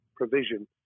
provision